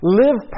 live